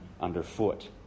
underfoot